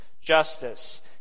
justice